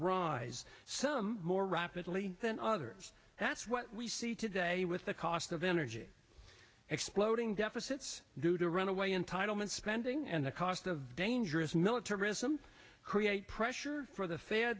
rise some more rapidly than others that's what we see today with the cost of energy exploding deficits due to runaway entitlement spending and the cost of dangerous militarism create pressure for the fa